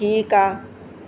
ठीकु आहे